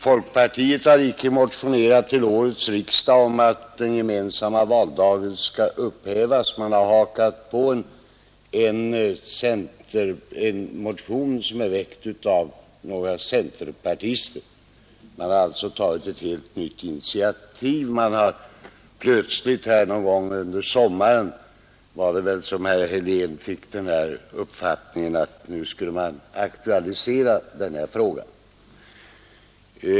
Folkpartiet har inte motionerat till årets riksdag om att den gemensamma valdagen skall upphävas utan har hakat på en motion, som är väckt av några centerpartister. Man har alltså tagit ett helt nytt initiativ. Plötsligt någon gång under sommaren fick herr Helén den uppfattningen att man nu skulle aktualisera denna fråga.